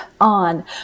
on